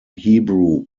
hebrew